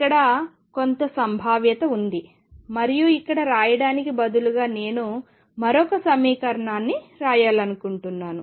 అక్కడ కొంత సంభావ్యత ఉంది మరియు ఇక్కడ వ్రాయడానికి బదులుగా నేను మరొక వైపు సమీకరణాన్ని వ్రాయాలనుకుంటున్నాను